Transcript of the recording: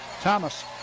Thomas